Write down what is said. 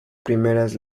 primeras